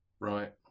Right